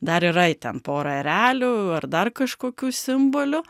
dar yra ir ten pora erelių ar dar kažkokių simbolių